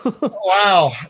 Wow